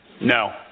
No